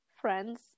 friends